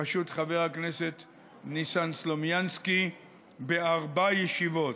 בראשות חבר הכנסת ניסן סלומינסקי בארבע ישיבות.